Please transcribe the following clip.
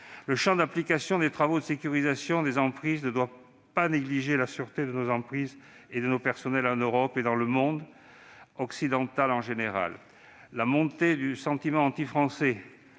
le champ d'application des travaux de sécurisation des emprises, nous ne devrions pas négliger la sûreté de nos emprises et de nos personnels en Europe et dans le monde occidental en général. Il faut vraiment conclure,